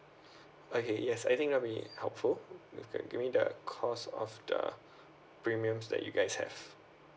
okay yes I think it'll be helpful if could give me the cost of the premiums that you guys have